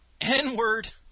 N-word